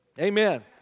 Amen